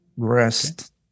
Rest